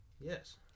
Yes